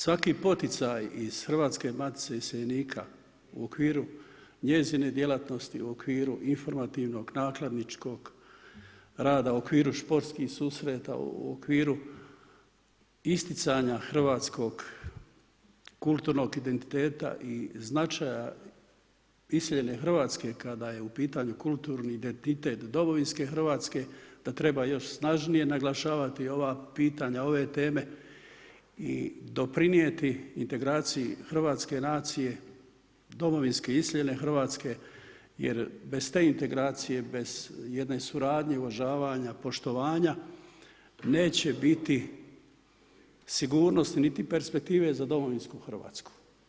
Svaki poticaj iz Hrvatske matice iseljenika u okviru njezine djelatnosti, u okviru informativnog nakladničkog rada u okviru sportskih susreta, u okviru isticanja hrvatskog kulturnog identiteta i značaja iseljene Hrvatske kada je u pitanju kulturni identitet Domovinske hrvatske da treba još snažnije naglašavati ova pitanja ove teme i doprinijeti integraciji hrvatske nacije, domovinske iseljene hrvatske, jer bez te integracije, bez jedne suradnje uvažavanja poštovanja neće biti sigurnosti niti perspektive za domovinsku hrvatsku.